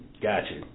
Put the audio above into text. Gotcha